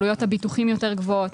עלויות הביטוחים יותר גבוהות,